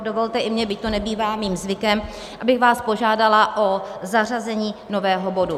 Dovolte i mně, byť to nebývá mým zvykem, abych vás požádala o zařazení nového bodu.